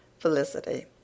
Felicity